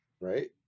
right